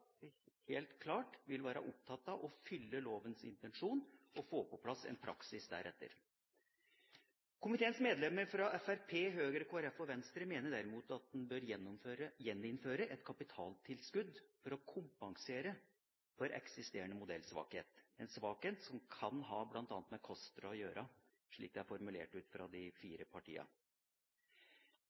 helt klart vil være opptatt av å fylle lovens intensjon og få på plass en praksis deretter. Komiteens medlemmer fra Fremskrittspartiet, Høyre, Kristelig Folkeparti og Venstre mener derimot at en bør gjeninnføre et kapitaltilskudd for å kompensere for eksisterende modellsvakhet, en svakhet som bl.a. kan ha med KOSTRA å gjøre, slik det er formulert fra de fire partiene.